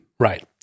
Right